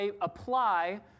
apply